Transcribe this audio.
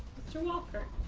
mr. walker